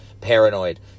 paranoid